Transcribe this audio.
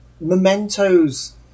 mementos